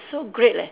so great leh